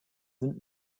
sind